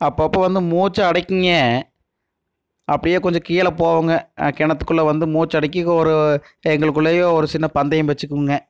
அப்போப்போ வந்து மூச்சை அடக்கிங்க அப்படியே கொஞ்சம் கீழே போவோங்க கிணத்துக்குள்ள வந்து மூச்சு அடக்கி ஒரு எங்களுக்குள்ளேயே ஒரு சின்ன பந்தயம் வச்சுக்குவோங்க